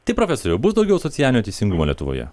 tai profesoriau bus daugiau socialinio teisingumo lietuvoje